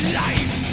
life